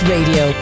Radio